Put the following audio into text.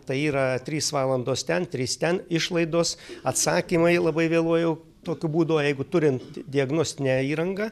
tai yra trys valandos ten trys ten išlaidos atsakymai labai vėluoju tokiu būdu jeigu turint diagnostinę įrangą